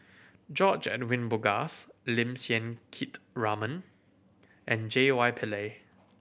George Edwin Bogaars Lim Siang Keat Raymond and J Y Pillay